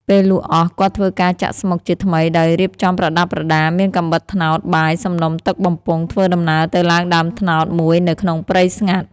ពេលលក់អស់ គាត់ធ្វើការចាក់ស្មុគជាថ្មីដោយរៀបចំប្រដាប់ប្រដាមានកាំបិតត្នោត បាយ សំណុំទឹកបំពង់ ធ្វើដំណើរទៅឡើងដើមត្នោតមួយនៅក្នុងព្រៃស្ងាត់។